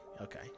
okay